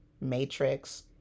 matrix